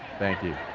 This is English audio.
thank you.